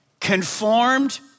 conformed